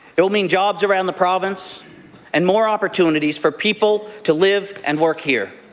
it will mean jobs around the province and more opportunities for people to live and work here.